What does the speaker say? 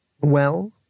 Well